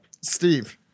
Steve